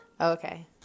okay